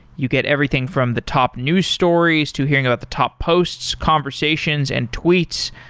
you get everything from the top new stories to hearing about the top posts, conversations and tweets,